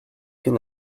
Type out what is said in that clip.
can